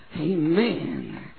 Amen